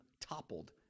toppled